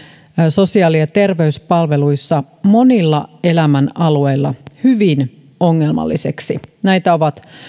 sosiaali ja terveyspalveluissa monilla elämänalueilla hyvin ongelmalliseksi näitä ovat